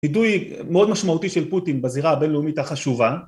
וידוי מאוד משמעותי של פוטין בזירה הבינלאומית החשובה